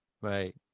Right